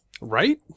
Right